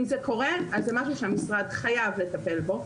אם זה קורה, זה משהו שהמשרד חייב לטפל בו.